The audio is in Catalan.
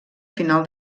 final